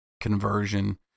conversion